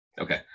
Okay